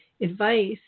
advice